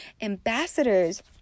ambassadors